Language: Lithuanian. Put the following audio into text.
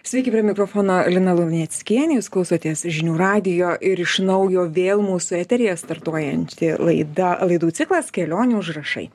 sveiki prie mikrofono lina luneckienė jūs klausotės žinių radijo ir iš naujo vėl mūsų eteryje startuojanti laida laidų ciklas kelionių užrašai